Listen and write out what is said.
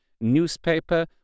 newspaper